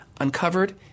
uncovered